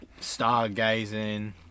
Stargazing